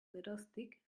geroztik